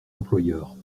employeurs